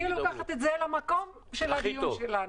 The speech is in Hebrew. אני לוקחת את זה למקום של הדיון שלנו.